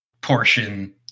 portion